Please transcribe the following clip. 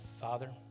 Father